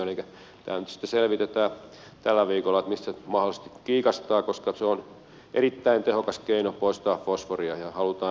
elikkä nyt sitten selvitetään tällä viikolla mistä mahdollisesti kiikastaa koska se on erittäin tehokas keino poistaa fosforia ja sitä halutaan jatkaa